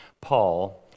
Paul